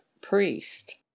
priest